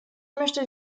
möchte